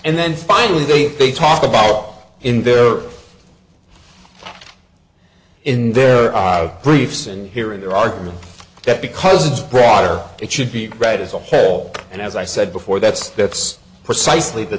and then finally they they talk about all in their in their briefs and hearing their argument that because it's broader it should be read as a whole and as i said before that's that's precisely the